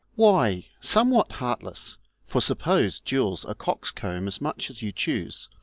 why, somewhat heartless for, suppose jules a coxcomb as much as you choose,